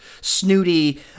snooty